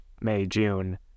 May-June